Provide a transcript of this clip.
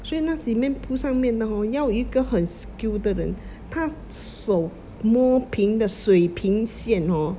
所以那 cement 铺上面的 hor 要一个很 skilled 的人他手磨平的水平线 hor